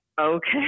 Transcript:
okay